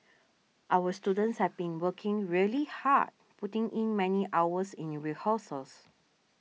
our students have been working really hard putting in many hours in your rehearsals